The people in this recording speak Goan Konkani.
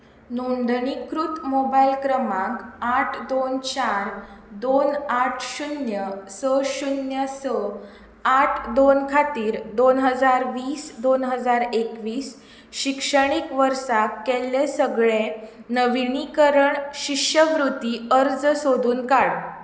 नोंदणीकृत मोबायल क्रमांक आठ दोन चार दोन आठ शुन्य स शुन्य स आठ दोन खातीर दोन हजार वीस दोन हजार एकवीस शिक्षणीक वर्सा केल्ले सगळे नविनीकरण शिश्यवृत्ती अर्ज सोदून काड